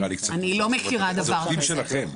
אני לא מכירה דבר כזה.